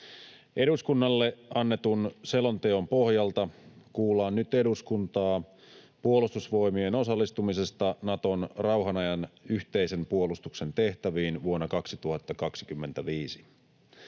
Eduskunnalle annetun selonteon pohjalta kuullaan nyt eduskuntaa Puolustusvoimien osallistumisesta Naton rauhan ajan yhteisen puolustuksen tehtäviin vuonna 2025.